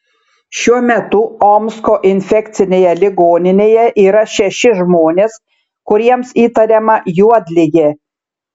šiuo metu omsko infekcinėje ligoninėje yra šeši žmonės kuriems įtariama juodligė